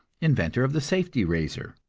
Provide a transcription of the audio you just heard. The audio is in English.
inventor of the safety razor.